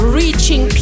reaching